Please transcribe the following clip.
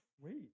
Wait